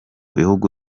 bihugu